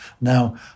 Now